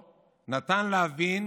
2021, הצעת חוק לתיקון פקודת התעבורה (מס' 120)